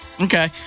Okay